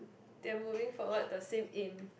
they're moving forward the same in